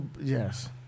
Yes